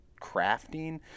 crafting